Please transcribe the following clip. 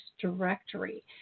directory